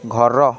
ଘର